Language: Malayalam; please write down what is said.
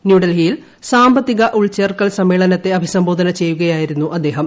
ന്യൂഡൽഹിയിൽ സാമ്പത്തിക ഉൾചേർക്കൽ സമ്മേളനത്തെ അഭിസംബോധന ചെയ്യുകയായിരുന്നു അദ്ദേഹം